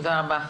תודה רבה.